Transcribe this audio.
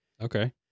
Okay